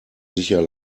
sicher